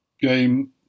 Game